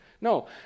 No